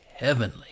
heavenly